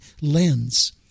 lens